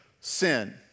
sin